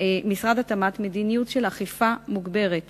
משרד התמ"ת מדיניות של אכיפה מוגברת